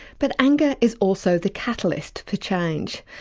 but anger is also the catalyst for change,